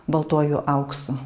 baltuoju auksu